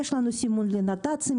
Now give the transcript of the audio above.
יש לנו סימון לנת"צים,